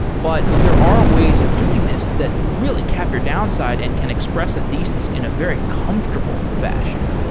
but there are ways of doing this that you really cap your downside and can express a thesis in a very comfortable fashion.